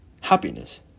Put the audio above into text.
happiness